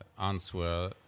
answer